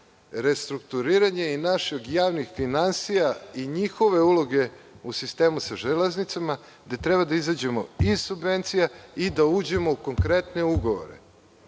restrukturiranje i naših javnih finansija i njihove uloge u sistemu sa železnicama, gde treba da izađemo iz subvencija i da uđemo u konkretne ugovore.